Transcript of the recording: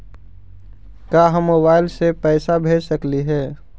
का हम मोबाईल से पैसा भेज सकली हे?